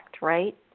right